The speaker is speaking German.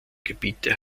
gebiete